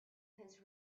his